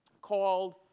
called